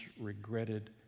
regretted